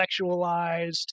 sexualized